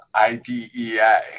IDEA